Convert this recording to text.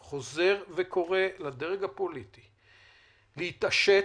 אני חוזר וקורא לדרג הפוליטי להתעשת,